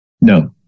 No